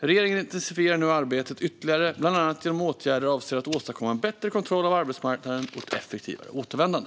Regeringen intensifierar nu arbetet ytterligare, bland annat genom åtgärder som syftar till att åstadkomma en bättre kontroll av arbetsmarknaden och ett effektivare återvändande.